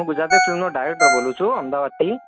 હું ગુજરાતી ફિલ્મનો ડાયરેક્ટર બોલું છું અમદાવાદથી